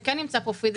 שכן נמצא פה פיזית,